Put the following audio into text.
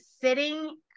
sitting